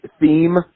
theme